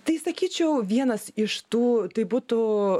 tai sakyčiau vienas iš tų tai būtų